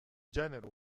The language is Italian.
genere